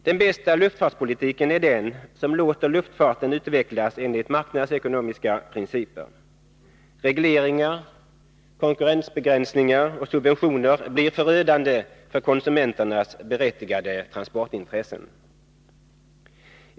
Den bästa luftfartspolitiken är den som låter luftfarten utvecklas enligt marknadsekonomiska principer. Regleringar, konkurrensbegränsningar och subventioner blir förödande för konsumenternas berättigade transportintressen.